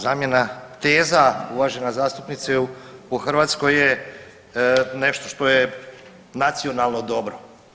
zamjena teza uvažena zastupnice u Hrvatskoj je nešto što je nacionalno dobro.